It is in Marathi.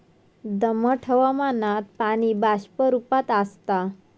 दमट हवामानात पाणी बाष्प रूपात आसता